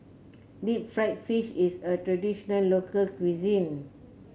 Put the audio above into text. Deep Fried Fish is a traditional local cuisine